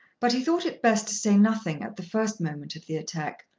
but he thought it best to say nothing at the first moment of the attack,